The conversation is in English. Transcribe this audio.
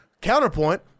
Counterpoint